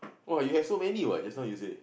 !wah! you have so many what just now you say